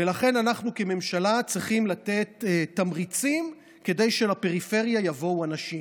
ולכן אנחנו כממשלה צריכים לתת תמריצים כדי שלפריפריה יבואו אנשים,